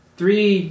three